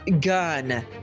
gun